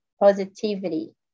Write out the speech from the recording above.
positivity